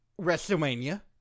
WrestleMania